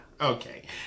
Okay